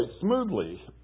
smoothly